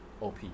OP